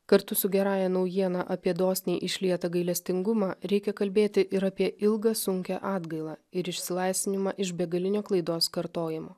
kartu su gerąja naujiena apie dosniai išlietą gailestingumą reikia kalbėti ir apie ilgą sunkią atgailą ir išsilaisvinimą iš begalinio klaidos kartojimo